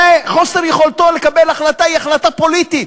הרי חוסר יכולתו לקבל החלטה הוא החלטה פוליטית,